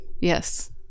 Yes